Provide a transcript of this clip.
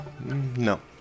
No